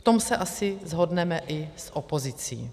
V tom se asi shodneme i s opozicí.